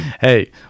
hey